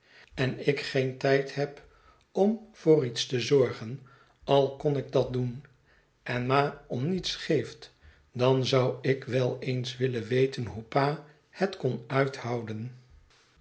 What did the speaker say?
en ik geen tijd de oude en de jonge heer turveydrop heb om voor iets te zorgen al kon ik dat doen en ma om niets geeft dan zou ik wel eens willen weten hoe pa het kon uithouden